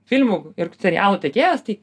filmų ir serialų tiekėjas tai